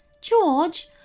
George